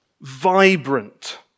vibrant